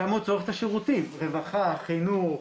שם הוא צורך את השירותים, רווחה, חינוך.